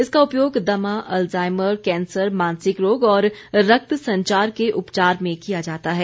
इसका उपयोग दमा अलजाईमर कैंसर मानसिक रोग और रक्त संचार के उपचार में किया जाता है